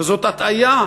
שזאת הטעיה,